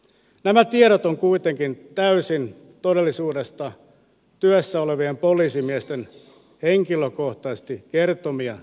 nämä tiedot ovat kuitenkin täysin todellisuudesta työssä olevien poliisimiesten henkilökohtaisesti kertomia tietoja